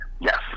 Yes